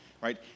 right